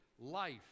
life